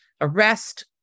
arrest